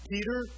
Peter